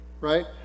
right